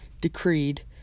decreed